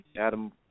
Adam